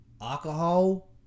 Alcohol